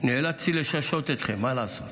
נאלצתי לששות אתכם, מה לעשות.